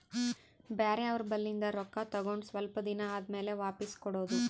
ಬ್ಯಾರೆ ಅವ್ರ ಬಲ್ಲಿಂದ್ ರೊಕ್ಕಾ ತಗೊಂಡ್ ಸ್ವಲ್ಪ್ ದಿನಾ ಆದಮ್ಯಾಲ ವಾಪಿಸ್ ಕೊಡೋದು